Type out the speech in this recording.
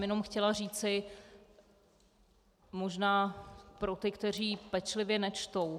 Jenom jsem chtěla říci, možná pro ty, kteří pečlivě nečtou.